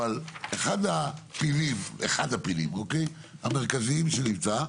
אבל אחד הפילים המרכזיים שנמצא,